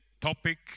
topic